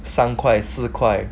三块四块